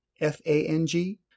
F-A-N-G